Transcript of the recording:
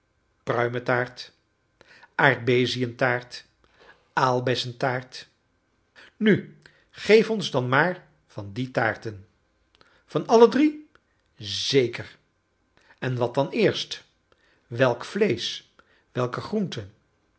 pruimen taart aardbeziën taart aalbessen taart nu geef ons dan maar van die taarten van alle drie zeker en wat dan eerst welk vleesch welke groente